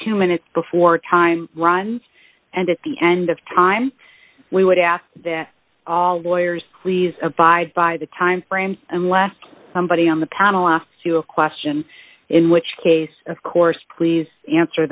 two minutes before time runs and at the end of time we would ask that all lawyers please abide by the timeframe unless somebody on the panel asked to a question in which case of course please answer